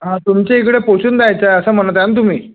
हां तुमच्या इकडे पोचून जायचं असं म्हणत आहे ना तुम्ही